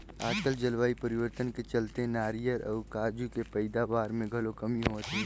आज जलवायु परिवर्तन के चलते नारियर अउ काजू के पइदावार मे घलो कमी होवत हे